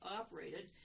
operated